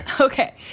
Okay